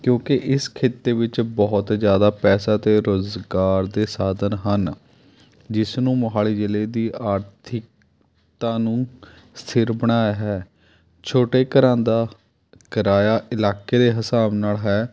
ਕਿਉਂਕਿ ਇਸ ਕਿੱਤੇ ਵਿੱਚ ਬਹੁਤ ਜ਼ਿਆਦਾ ਪੈਸਾ ਅਤੇ ਰੁਜ਼ਗਾਰ ਦੇ ਸਾਧਨ ਹਨ ਜਿਸ ਨੂੰ ਮੋਹਾਲੀ ਜ਼ਿਲ੍ਹੇ ਦੀ ਆਰਥਿਕਤਾ ਨੂੰ ਸਥਿਰ ਬਣਾਇਆ ਹੈ ਛੋਟੇ ਘਰਾਂ ਦਾ ਕਿਰਾਇਆ ਇਲਾਕੇ ਦੇ ਹਿਸਾਬ ਨਾਲ਼ ਹੈ